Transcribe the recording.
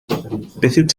tywydd